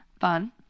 fun